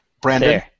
Brandon